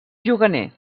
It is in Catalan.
juganer